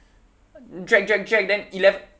drag drag drag then ele~